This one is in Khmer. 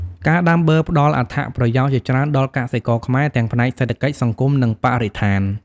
ការដាំបឺរផ្ដល់អត្ថប្រយោជន៍ជាច្រើនដល់កសិករខ្មែរ ទាំងផ្នែកសេដ្ឋកិច្ច សង្គម និងបរិស្ថាន។